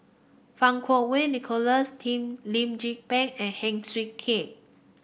Fang Kuo Wei Nicholas team Lim Tze Peng and Heng Swee Keat